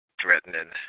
threatening